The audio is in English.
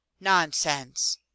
nonsense